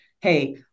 hey